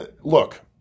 look